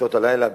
ובשעות הלילה,